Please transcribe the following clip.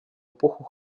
эпоху